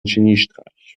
geniestreich